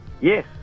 Yes